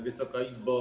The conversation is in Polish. Wysoka Izbo!